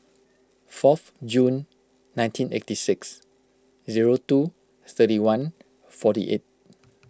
fourth June nineteen eighty six zero two thirty one forty eight